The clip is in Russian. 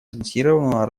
сбалансированного